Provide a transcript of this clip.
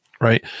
right